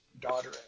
daughter